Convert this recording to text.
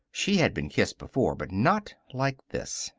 she had been kissed before. but not like this.